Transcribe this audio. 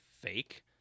fake